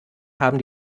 haben